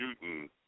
shooting